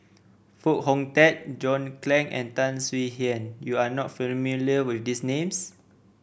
Foo Hong Tatt John Clang and Tan Swie Hian you are not familiar with these names